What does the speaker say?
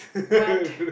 what